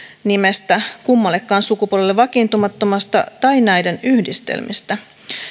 nimestä kummallekaan sukupuolelle vakiintumattomasta tai näiden yhdistelmistä